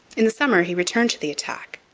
in the summer he returned to the attack,